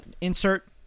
insert